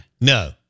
No